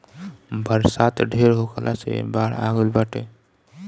बरसात ढेर होखला से बाढ़ आ गइल बाटे